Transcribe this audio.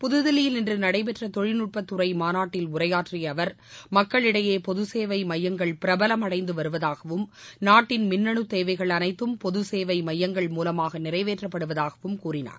புதுதில்லியில் இன்று நடைபெற்ற தொழில்நுட்பத்துறை மாநாட்டில் உரையாற்றிய அவர் மக்களிடையே பொதுசேவை மையங்கள் பிரபலமடைந்து வருவதாகவும் நாட்டின் மின்னனு தேவைகள் அனைத்தும் பொது சேவை மையங்கள் மூலமாக நிறைவேற்றப்படுவதாகவும் கூறினார்